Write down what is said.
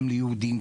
גם ליהודים,